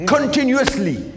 Continuously